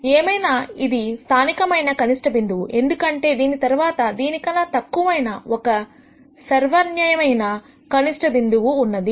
ఏమైనా ఇది స్థానికమైన కనిష్ట బిందువు ఎందుకంటే దీని తర్వాత దీనికన్నా తక్కువైన ఒక సర్వన్వయమైన కనిష్ట బిందువు ఉన్నది